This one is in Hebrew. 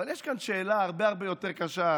אבל יש פה שאלה הרבה הרבה יותר קשה,